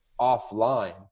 offline